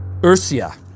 Ursia